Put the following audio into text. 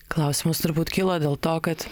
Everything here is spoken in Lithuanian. klausimas turbūt kilo dėl to kad